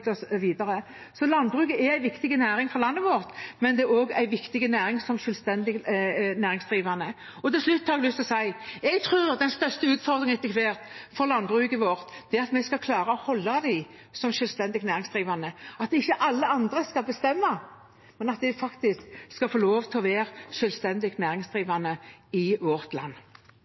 er også en viktig næring for selvstendig næringsdrivende, og til slutt har jeg lyst til å si: Jeg tror at den største utfordringen for landbruket vårt etter hvert er at vi skal klare å holde dem som selvstendig næringsdrivende – at ikke alle andre skal bestemme, men at de faktisk skal få lov til å være selvstendig næringsdrivende i vårt land.